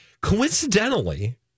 coincidentally